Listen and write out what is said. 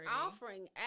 offering